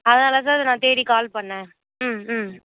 அதனால் தான் அதை நான் தேடி கால் பண்ணேன் ம் ம்